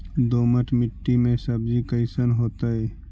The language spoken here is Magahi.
दोमट मट्टी में सब्जी कैसन होतै?